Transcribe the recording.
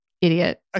idiot